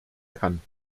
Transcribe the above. kann